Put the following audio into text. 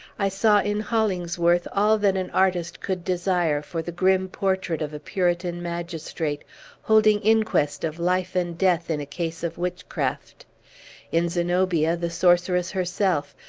i saw in hollingsworth all that an artist could desire for the grim portrait of a puritan magistrate holding inquest of life and death in a case of witchcraft in zenobia, the sorceress herself,